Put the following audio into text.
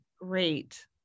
Great